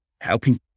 helping